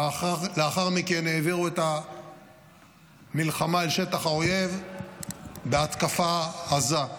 ולאחר מכן העבירו את המלחמה אל שטח האויב בהתקפה עזה.